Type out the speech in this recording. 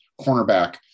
cornerback